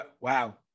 Wow